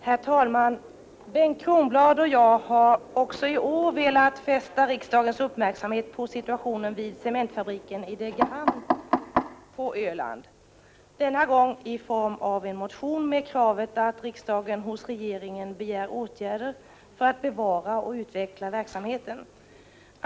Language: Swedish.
Herr talman! Bengt Kronblad och jag har också i år velat fästa riksdagens uppmärksamhet på situationen vid cementfabriken i Degerhamn på Öland, denna gång i form av en motion med kravet att riksdagen hos regeringen begär åtgärder för att bevara och utveckla verksamheten.